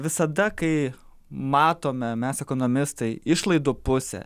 visada kai matome mes ekonomistai išlaidų pusę